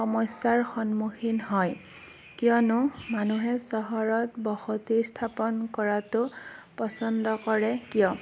সমস্যাৰ সন্মুখীন হয় কিয়নো মানুহে চহৰত বসতি স্থাপন কৰাটো পচন্দ কৰে কিয়